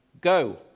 go